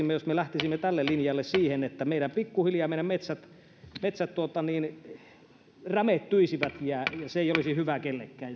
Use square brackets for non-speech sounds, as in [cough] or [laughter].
[unintelligible] me jos me lähtisimme tälle linjalle se kyllä sitten johtaisi siihen että pikkuhiljaa meidän metsät metsät rämettyisivät ja se ei olisi hyvä kenellekään [unintelligible]